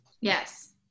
Yes